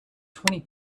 twenty